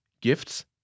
gifts